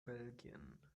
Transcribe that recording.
belgien